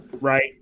Right